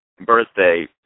birthday